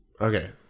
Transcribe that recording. Okay